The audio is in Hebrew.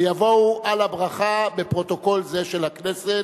ויבואו על הברכה בפרוטוקול זה של הכנסת.